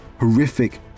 horrific